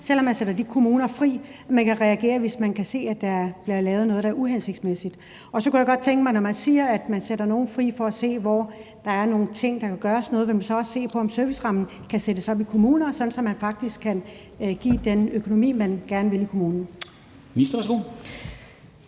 selv om man sætter de kommuner fri, altså at man kan reagere, hvis man kan se, at der bliver lavet noget, der er uhensigtsmæssigt. Så kunne jeg godt tænke mig at høre: Når man siger, at man sætter nogle fri for at se, hvor der er nogle ting, der kan gøres noget ved, vil man så også se på, om servicerammen i kommunerne kan sættes op, sådan at man faktisk kan give den økonomi, man gerne vil, i kommunen?